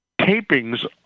tapings